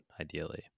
ideally